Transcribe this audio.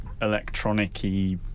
electronic-y